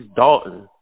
Dalton